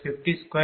303 kVArph